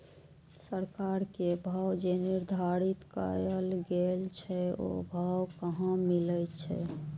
सरकार के भाव जे निर्धारित कायल गेल छै ओ भाव कहाँ मिले छै?